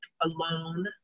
alone